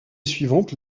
suivante